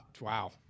Wow